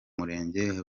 murenge